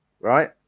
right